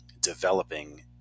developing